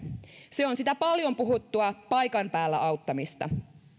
se on sitä paljon puhuttua paikan päällä auttamista